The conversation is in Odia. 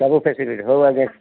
ସବୁ ଫ୍ୟାସିଲିଟି ହଉ ଆଜ୍ଞା